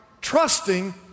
trusting